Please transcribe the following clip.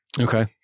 Okay